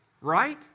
right